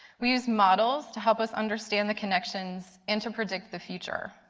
we use models to help us understand the connections and to predict the future.